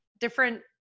different